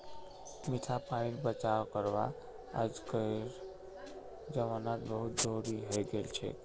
मीठा पानीर बचाव करवा अइजकार जमानात बहुत जरूरी हैं गेलछेक